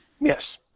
Yes